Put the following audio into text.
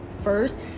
first